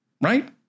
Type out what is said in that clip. right